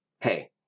Hey